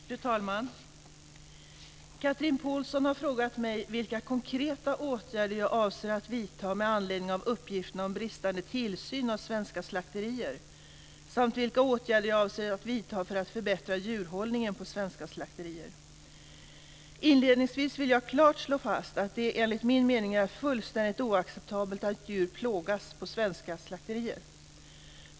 Fru talman! Chatrine Pålsson har frågat mig vilka konkreta åtgärder jag avser att vidta med anledning av uppgifterna om bristande tillsyn av svenska slakterier samt vilka åtgärder jag avser att vidta för att förbättra djurhållningen på svenska slakterier. Inledningsvis vill jag klart slå fast att det enligt min mening är fullständigt oacceptabelt att djur plågas på svenska slakterier.